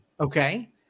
Okay